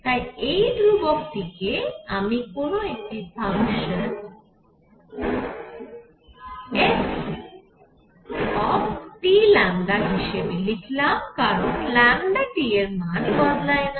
তাই এই ধ্রুবকটি কে আমি কোন একটি ফাংশান fTλ হিসেবে লিখলাম কারণ T এর মান বদলায়না